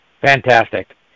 Fantastic